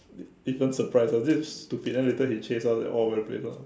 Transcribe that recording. different surprises this is stupid then later he chase us like all over the place ah